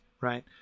Right